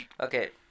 Okay